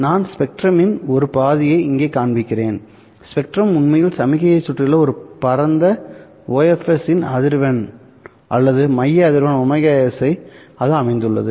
நான் ஸ்பெக்ட்ரமின் ஒரு பாதியை இங்கே காண்பிக்கிறேன் ஸ்பெக்ட்ரம் உண்மையில் சமிக்ஞையைச் சுற்றியுள்ள ஒரு பரந்தofs இன் அதிர்வெண் அல்லது மைய அதிர்வெண் ωs அது அமைந்துள்ளது